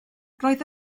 roedd